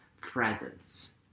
presence